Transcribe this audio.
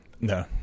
No